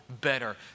better